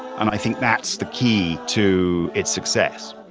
and i think that's the key to its success,